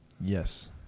Yes